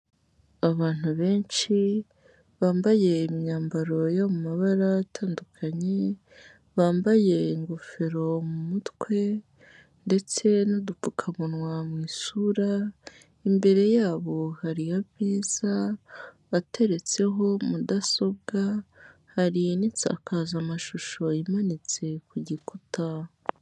Abantu benshi bambaye imyambaro yo mumabara atandukanye, bambaye ingofero mu mutwe, ndetse n'udupfukamunwa mu isura, imbere yabo hari ameza ateretseho mudasobwa, hari n'isakazamashusho imanitse ku gikuta.